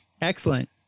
Excellent